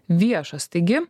viešas taigi